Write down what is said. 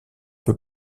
peu